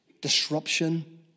disruption